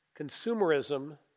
Consumerism